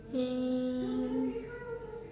um